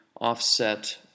offset